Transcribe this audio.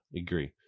agree